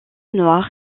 noir